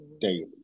Daily